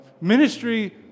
ministry